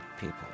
people